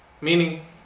meaning